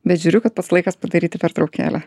bet žiūriu kad pats laikas padaryti pertraukėlę